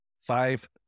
five